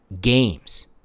games